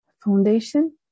Foundation